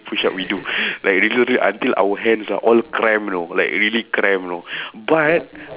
push up we do like literally until our hands are all cramp you know like really cramp you know but